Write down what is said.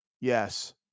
Yes